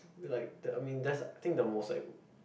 like the I mean that's I think the most like